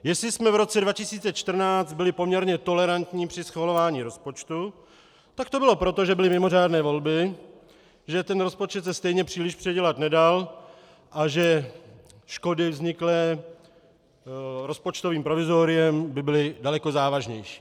Jestli jsme v roce 2014 byli poměrně tolerantní při schvalování rozpočtu, tak to bylo proto, že byly mimořádné volby, že ten rozpočet se stejně příliš předělat nedal a že škody vzniklé rozpočtovým provizoriem by byly daleko závažnější.